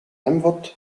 emvod